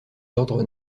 l’ordre